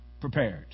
prepared